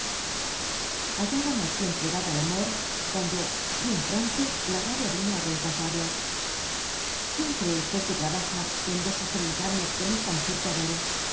hallábame aquí entregado al amor cuando bien pronto la rdbia vino á remplazarlo quien cree qijie trabaja en desacreditarme con eeta múger que adoro